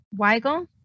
Weigel